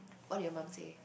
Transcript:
what did your mum say